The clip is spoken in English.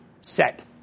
set